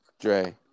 Dre